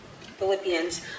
philippians